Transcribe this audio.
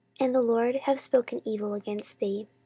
and the lord hath spoken evil against thee.